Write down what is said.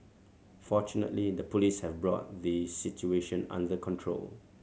fortunately the Police have brought the situation under control